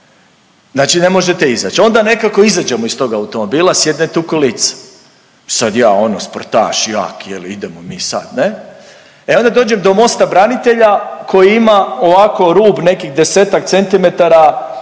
Znači ne možete izaći. Onda nekako izađemo iz tog automobila sjednete u kolica. Sad ja ono sportaš, jak je li idemo mi sad ne, e onda dođem do mosta branitelja koji ima ovako rub nekih desetak centimetara,